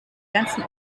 ganzen